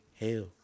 hell